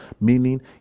Meaning